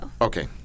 Okay